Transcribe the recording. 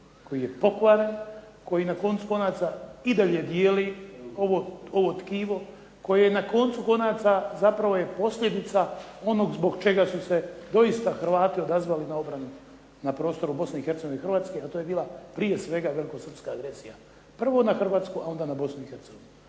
koji je pokvaren, koji na koncu konaca i dalje dijeli ovo tkivo koje na koncu konaca zapravo je posljedica onog zbog čega su se doista Hrvati odazvali na obranu na prostoru Bosne i Hercegovine i Hrvatske, a to je bila prije svega velikosrpska agresija prvo na Hrvatsku, a onda na Bosnu i Hercegovinu.